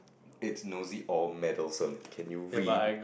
it's nosy or meddlesome can you read